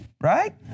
right